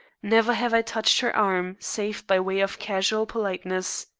never have i touched her arm save by way of casual politeness.